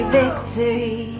victory